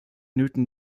newton